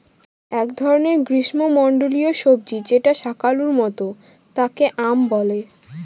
এক ধরনের গ্রীস্মমন্ডলীয় সবজি যেটা শাকালুর মত তাকে য়াম বলে